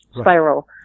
spiral